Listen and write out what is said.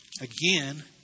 again